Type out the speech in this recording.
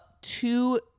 two